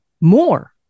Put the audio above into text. more